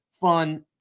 fun